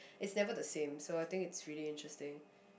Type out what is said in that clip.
it's never the same so I think it's really interesting